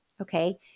Okay